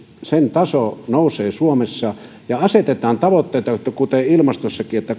taso nousee suomessa ja asetetaan tavoitteita kuten ilmastossakin että